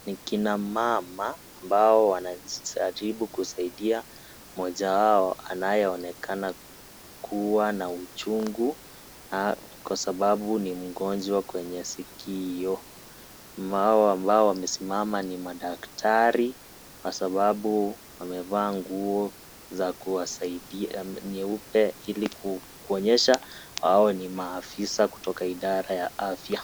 Ni kina mama ambao wanajaribu kusaidia mmoja wao anaye onekana kuwa na uchungu kwa sababu ni mgonjwa kwenye sikio. Maa hao ambao wamesimama ni madaktari kwa sababu wamevaa nguo za kuwasaidia nyeupe ili kuonyesha hao ni maafisa kutoka idara ya afya.